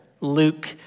Luke